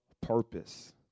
purpose